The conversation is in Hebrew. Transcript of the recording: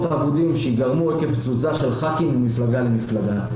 האבודים שייגרמו עקב תזוזה של חברי כנסת ממפלגה למפלגה.